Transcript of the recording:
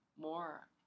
more